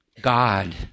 God